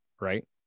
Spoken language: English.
right